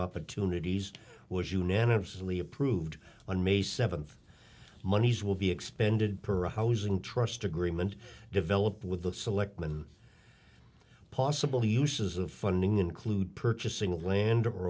opportunities was unanimously approved on may seventh monies will be expended per housing trust agreement developed with the selectmen possible uses of funding include purchasing of land or